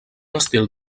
estil